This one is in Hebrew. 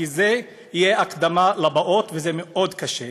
כי זה יהיה הקדמה לבאות, וזה מאוד קשה.